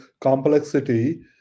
complexity